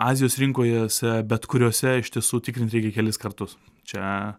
azijos rinkojose bet kuriose iš tiesų tikrint reikia kelis kartus čia